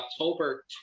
October